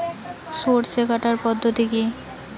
সরষে কাটার পদ্ধতি কি?